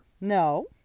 No